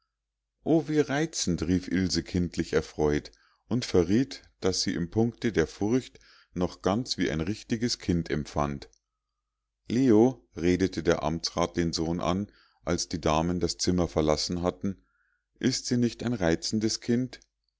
o wie reizend rief ilse kindlich erfreut und verriet daß sie im punkte der furcht noch ganz wie ein richtiges kind empfand leo redete der amtsrat den sohn an als die damen das zimmer verlassen hatten ist sie nicht ein reizendes kind